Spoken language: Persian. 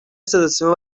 صداسیما